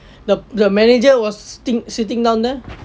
the the manager was sitting sitting down there